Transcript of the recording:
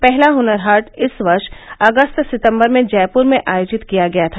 पहला हनर हाट इस वर्ष अगस्त सितम्बर में जयप्र में आयोजित किया गया था